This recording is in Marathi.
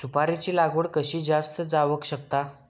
सुपारीची लागवड कशी जास्त जावक शकता?